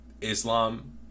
Islam